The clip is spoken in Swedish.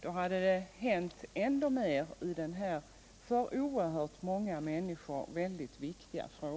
Då hade det hänt ändå mer i denna för många människor väldigt viktiga fråga.